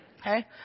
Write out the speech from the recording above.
Okay